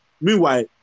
Meanwhile